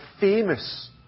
famous